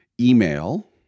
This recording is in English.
email